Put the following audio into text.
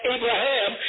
Abraham